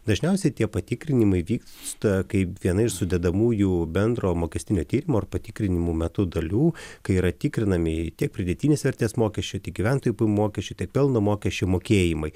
dažniausiai tie patikrinimai vyksta kaip viena iš sudedamųjų bendro mokestinio tyrimo ar patikrinimų metu dalių kai yra tikrinami tiek pridėtinės vertės mokesčio tiek gyventojų mokesčio tiek pelno mokesčio mokėjimai